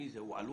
מי זה אותו אדם?